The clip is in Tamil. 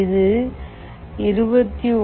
இது 21